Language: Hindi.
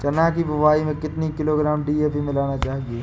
चना की बुवाई में कितनी किलोग्राम डी.ए.पी मिलाना चाहिए?